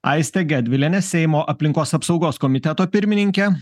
aiste gedviliene seimo aplinkos apsaugos komiteto pirmininke